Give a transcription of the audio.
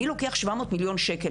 אני לוקח 700 מיליון שקל,